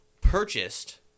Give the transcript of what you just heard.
purchased